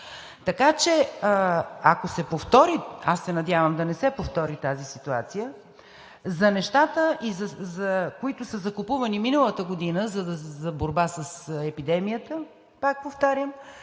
Така че, ако се повтори – надявам се да не се повтори тази ситуация, за нещата, които са закупувани миналата година за борба с епидемията, пак повтарям,